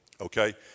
Okay